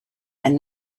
and